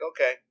okay